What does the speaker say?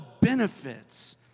benefits